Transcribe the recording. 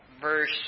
verse